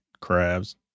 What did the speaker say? crabs